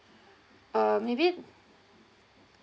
uh maybe